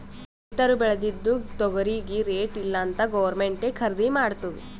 ರೈತುರ್ ಬೇಳ್ದಿದು ತೊಗರಿಗಿ ರೇಟ್ ಇಲ್ಲ ಅಂತ್ ಗೌರ್ಮೆಂಟೇ ಖರ್ದಿ ಮಾಡ್ತುದ್